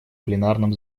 пленарном